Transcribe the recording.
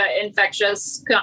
infectious